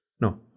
No